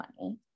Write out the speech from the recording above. money